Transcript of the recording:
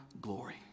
glory